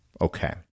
Okay